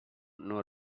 non